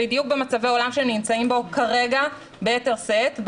בדיוק במצבי עולם שהם נמצאים בו כרגע ביתר שאת,